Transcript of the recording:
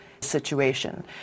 situation